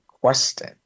question